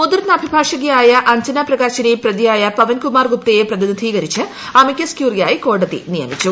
മുതിർന്ന അഭിഭാഷകയായ അഞ്ചന പ്രകാശിനെ പ്രതിയായ പവൻകുമാർ ഗുപ്തയെ പ്രതിനിധീകരിച്ച് അമിക്കസ് ക്യൂറിയായി കോടതി നിയമിച്ചു